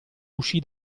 uscì